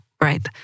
right